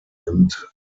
nimmt